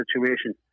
situation